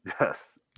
Yes